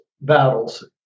battles